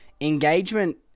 engagement